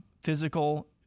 physical